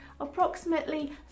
approximately